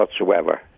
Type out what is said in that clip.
whatsoever